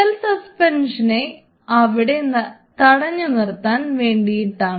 cell സസ്പെൻഷനിനെ അവിടെ തടഞ്ഞുനിർത്താൻ വേണ്ടിയിട്ടാണ്